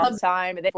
time